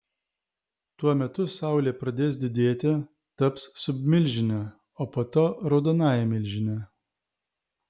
tuo metu saulė pradės didėti taps submilžine o po to raudonąja milžine